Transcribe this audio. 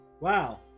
Wow